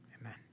Amen